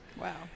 Wow